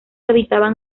habitaban